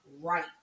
right